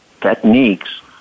techniques